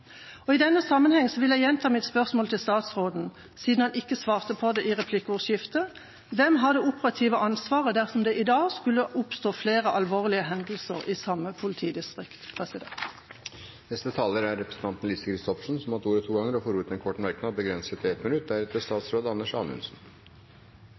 I denne sammenhengen vil jeg gjenta mitt spørsmål til statsråden, siden han ikke svarte på det i replikkordskiftet: Hvem har det operative ansvaret dersom det i dag skulle oppstå flere alvorlige hendelser i samme politidistrikt? Representanten Lise Christoffersen har hatt ordet to ganger tidligere og får ordet til en kort merknad, begrenset til 1 minutt.